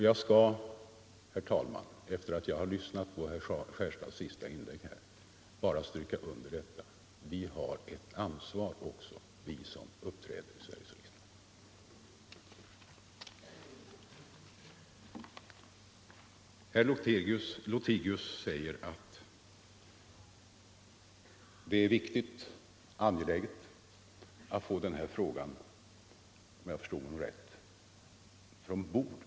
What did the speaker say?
Jag vill herr talman, sedan jag lyssnat på herr Johanssons i Skärstad senaste inlägg, understryka: Vi har också ett ansvar, vi som uppträder i Sveriges riksdag. Herr Lothigius säger att det är viktigt att — om jag har förstått honom rätt — få den här frågan från bordet.